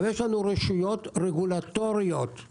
יש לנו רשויות רגולטוריות;